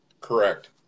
Correct